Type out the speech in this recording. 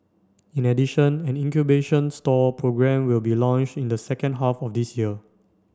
in addition an incubation stall programme will be launched in the second half of this year